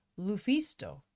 Lufisto